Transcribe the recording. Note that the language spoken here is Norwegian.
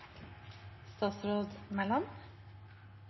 statsråd